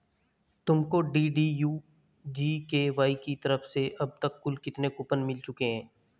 तुमको DDU GKY की तरफ से अब तक कुल कितने कूपन मिल चुके हैं?